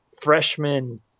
freshman